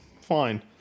Fine